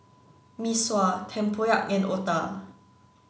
Mee Sua Tempoyak and Otah